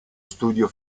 studio